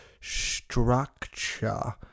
structure